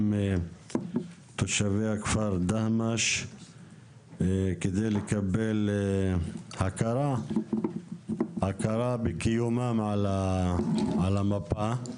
תושבי הכפר דהמש כדי לקבל הכרה בקיומם על המפה.